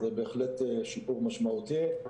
זה בהחלט שיפור משמעותי.